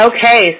Okay